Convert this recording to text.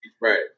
Right